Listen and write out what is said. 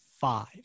five